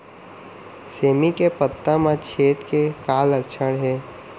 सेमी के पत्ता म छेद के का लक्षण हे?